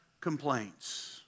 complaints